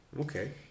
Okay